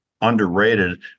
underrated